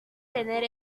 tener